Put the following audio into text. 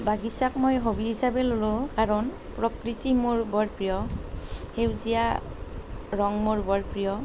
বাগিচাক মই হ'বি হিচাপে ল'লোঁ কাৰণ প্ৰকৃতি মোৰ বৰ প্ৰিয় সেউজীয়া ৰঙ মোৰ বৰ প্ৰিয়